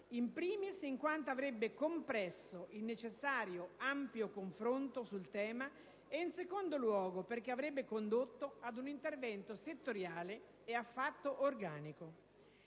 *in primis* in quanto avrebbe compresso il necessario ampio confronto sul tema e in secondo luogo perché avrebbe condotto ad un intervento settoriale e affatto organico.